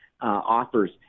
offers